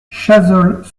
chazolles